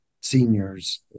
seniors